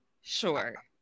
Sure